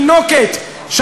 שירו בראשה של תינוקת,